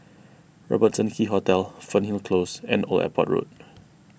Robertson Quay Hotel Fernhill Close and Old Airport Road